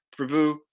Prabhu